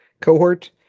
cohort